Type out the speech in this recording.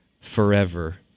forever